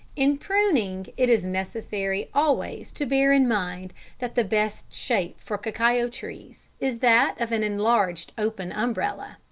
in pruning, it is necessary always to bear in mind that the best shape for cacao trees is that of an enlarged open umbrella,